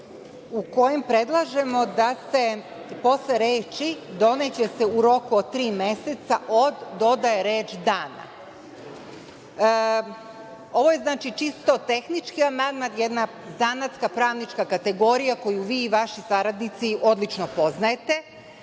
u kojem predlažemo da se posle reči „doneće se u roku od tri meseca od“ dodaje reč „dana“.Ovo je znači čisto tehnički amandman i jedna zanatska pravnička kategorija koju vi i vaši saradnici odlično poznajete. Dobila